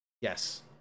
Yes